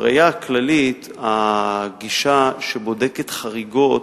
בראייה הכללית, הגישה שבודקת חריגות,